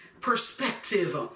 perspective